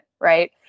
right